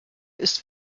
ist